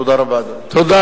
תודה רבה, אדוני.